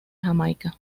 jamaica